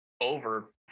over